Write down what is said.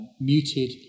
muted